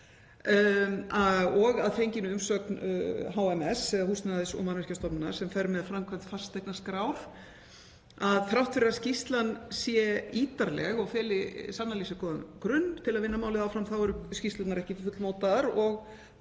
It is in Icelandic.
og að fenginni umsögn Húsnæðis- og mannvirkjastofnunar, sem fer með framkvæmd fasteignaskrár, að þrátt fyrir að skýrslan sé ítarleg og feli sannarlega í sér góðan grunn til að vinna málið áfram eru skýrslurnar ekki fullmótaðar.